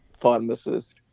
pharmacist